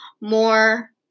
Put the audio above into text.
more